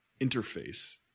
interface